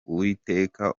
uwiteka